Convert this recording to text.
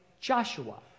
joshua